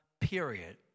period